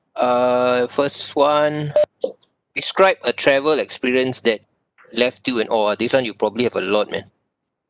uh first one describe a travel experience that left you in awe ah this one you probably have a lot man